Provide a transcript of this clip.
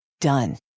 Done